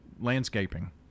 landscaping